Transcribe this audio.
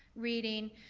reading,